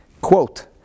Quote